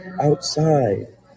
outside